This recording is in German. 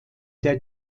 der